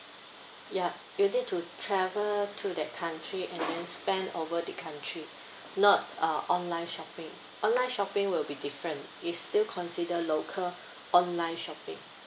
yup you need to travel to that country and then spend over the country not uh online shopping online shopping will be different it's still consider local online shopping